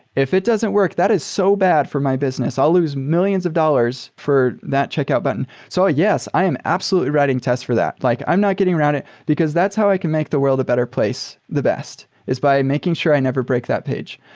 if it doesn't work, that is so bad for my business. i'll lose millions of dollars for that checkout button. so yes, i am absolutely writing tests for that. like i'm not getting around it, because that's how i can make the world a better place, the best, is by making sure i never break that page.